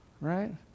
right